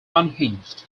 unhinged